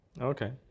Okay